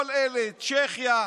צ'כיה,